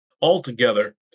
altogether